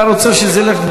אתה רוצה שזה ילך,